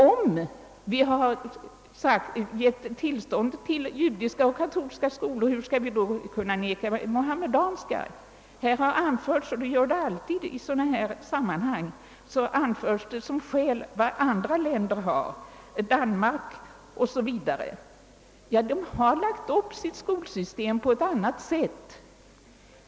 Om vi har gett tillstånd till judiska och katolska skolor, hur skall vi då framdeles kunna ordna det för alla andra? I sådana här sammanhang åberopas som skäl vad andra länder har gjort på detta område, t.ex. Danmark. De har lagt upp sitt skolsystem på ett annat sätt.